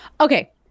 Okay